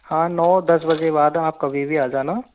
हाँ नौ दस बजे बाद आप कभी भी आ जाना